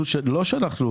נכנסה לכנסת.